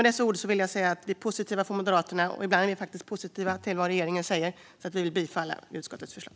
Med dessa ord vill jag säga att vi från Moderaterna är positiva - ibland är vi faktiskt positiva till vad regeringen säger. Vi vill yrka bifall till utskottets förslag.